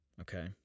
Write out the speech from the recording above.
okay